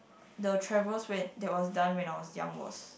the travels when that was done when I was young was